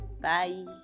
bye